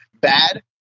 bad